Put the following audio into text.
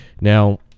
Now